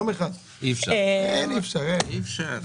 אי אפשר.